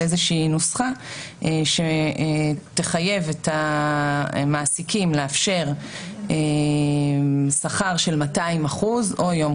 על איזושהי נוסחה שתחייב את המעסיקים לאפשר שכר של 200% או יום